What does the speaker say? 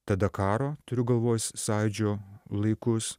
tada karo turiu galvoj sąjūdžio laikus